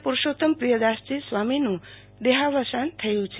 પુરુષોત્તમપ્રિયદાસજી સ્વામીનું દેહાવસાન થયું છે